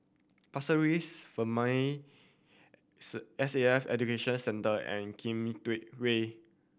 Pasir Ris S A F Education Centre and Way